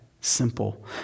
simple